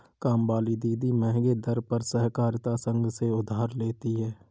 कामवाली दीदी महंगे दर पर सहकारिता संघ से उधार लेती है